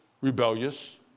rebellious